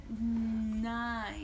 nine